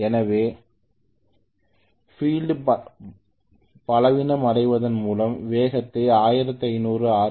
எனவே பீல்டுபலவீனமடைவதன் மூலம் வேகத்தை 1500 ஆர்